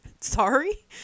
Sorry